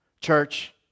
Church